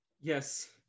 yes